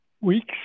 Weeks